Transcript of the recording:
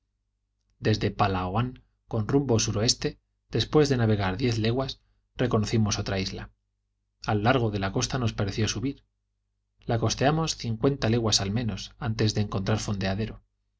desde palaoán con rumbo suroeste después de na vegar diez leguas reconocimos otra isla al largo de la costa nos pareció subir la costeamos cincuenta leguas al menos antes de encontrar fondeadero